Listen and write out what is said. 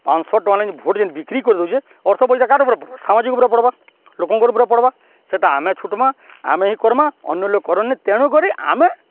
ପାଁଶହ ଟଙ୍କା ଲାଗି ଭୋଟ୍ ଯେନ୍ ବିକ୍ରି କରିଦେଉଚେ ଅର୍ଥ ବୋଝ ଇଟା କାର୍ ଉପ୍ରେ ପଡ଼୍ବା ସାମାଜିକ୍ ଉପ୍ରେ ପଡ଼୍ବା ଲୋକ୍ଙ୍କର୍ ଉପ୍ରେ ପଡ଼୍ବା ସେଟା ଆମେ ଛୁଟ୍ମା ଆମେ ହିଁ କର୍ମା ଅନ୍ୟ ଲୋକ କରନ୍ ନି ତେଣୁକରି ଆମେ